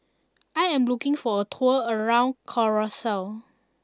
I am looking for a tour around Curacao